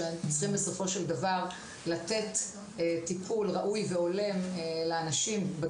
זה שיש לו יותר מרחב פרטי והוא יכול לראות עד 12-10 אנשים שסביבו,